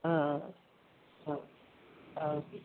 অঁ অঁ অঁ